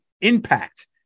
Impact